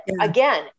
again